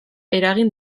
eragin